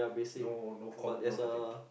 no no com no nothing